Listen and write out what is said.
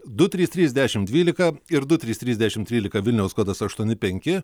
du trys trys dešimt dvylika ir ir du trys trys dešimt trylika vilniaus kodas aštuoni penki